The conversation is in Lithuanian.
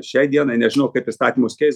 šiai dienai nežinau kaip įstatymus keis